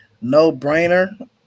no-brainer